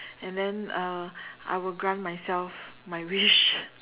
and then I will I will grant myself my wish